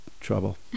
trouble